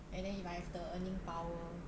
and then if I have the earning power